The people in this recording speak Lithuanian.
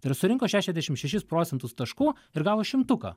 ir surinko šešiasdešim šešis procentus taškų ir gavo šimtuką